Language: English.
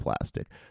plastic